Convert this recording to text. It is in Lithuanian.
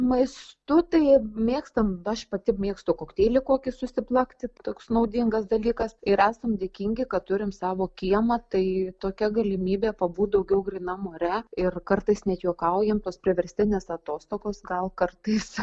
maistu taip mėgstam aš pati mėgstu kokteilį kokį susiplakti toks naudingas dalykas ir esam dėkingi kad turim savo kiemą tai tokia galimybė pabūt daugiau gryname ore ir kartais net juokaujam tos priverstinės atostogos gal kartais